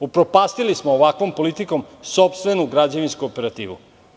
Upropastili smo ovakvom politikom sopstvenu građevinsku operativu.